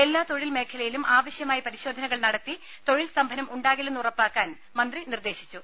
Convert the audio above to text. എല്ലാ തൊഴിൽമേഖലയിലും ആവശ്യമായ പരിശോധനകൾ നടത്തി തൊഴിൽസ്തംഭനം ഉണ്ടാകില്ലെന്ന് ഉറപ്പാക്കാൻ മന്ത്രി നിർദ്ദേശിച്ചു